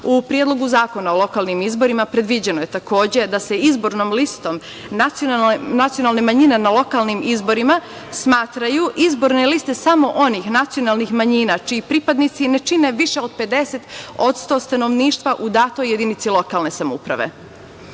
predlogu zakona o lokalnim izborima predviđeno je takođe da se izbornom listom nacionalne manjine na lokalnim izborima smatraju izborne liste samo onih nacionalnih manjina čiji pripadnici ne čine više od 50% stanovništva u datoj jedinici lokalne samouprave.